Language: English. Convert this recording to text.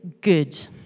good